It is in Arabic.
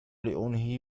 لأنهي